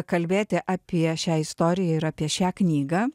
kalbėti apie šią istoriją ir apie šią knygą